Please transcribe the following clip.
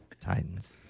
Titans